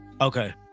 Okay